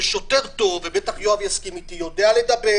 ושוטר טוב ובטח יואב יסכים איתי יודע לדבר